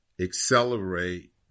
accelerate